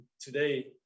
today